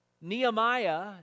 Nehemiah